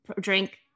drink